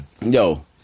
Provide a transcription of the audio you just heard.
Yo